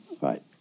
right